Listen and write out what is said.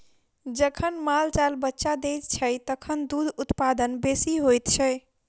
जखन माल जाल बच्चा दैत छै, तखन दूधक उत्पादन बेसी होइत छै